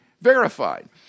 verified